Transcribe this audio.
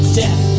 death